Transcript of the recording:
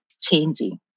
changing